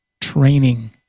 training